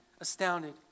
astounded